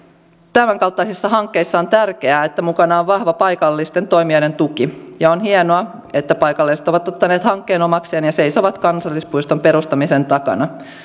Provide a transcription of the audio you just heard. tämänkaltaisissa hankkeissa on tärkeää että mukana on vahva paikallisten toimijoiden tuki ja on hienoa että paikalliset ovat ottaneet hankkeen omakseen ja seisovat kansallispuiston perustamisen takana